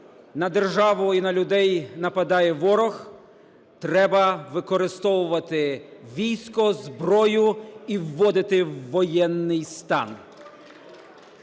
на державу і на людей нападає ворог, треба використовувати військо, зброю і вводити воєнний стан.